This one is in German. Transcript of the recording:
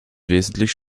wesentlich